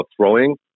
throwing